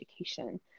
education